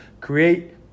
Create